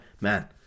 man